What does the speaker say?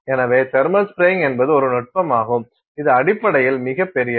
எனவே thermal spraying என்பது ஒரு நுட்பமாகும் இது அடிப்படையில் மிகப் பெரியது